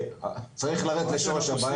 צריך לרדת לשורש הבעיה.